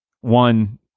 one